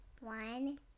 One